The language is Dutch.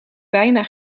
bijna